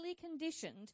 conditioned